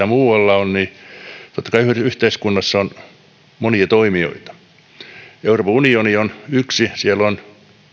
muualla sitä on totta kai yhteiskunnassa on monia toimijoita euroopan unioni on yksi siellä on